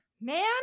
man